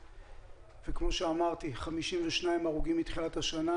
וכמו שאמרתי, 52 רוכבי אופנוע הרוגים מתחילת השנה.